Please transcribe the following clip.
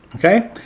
okay?